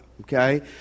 okay